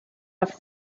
have